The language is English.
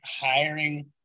hiring